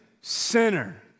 sinner